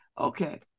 Okay